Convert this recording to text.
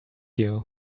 you